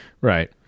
Right